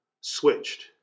switched